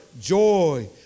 joy